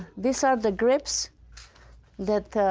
these are the grips that